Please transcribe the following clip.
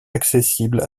accessibles